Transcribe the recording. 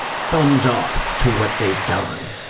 thumbs-up to what they've done.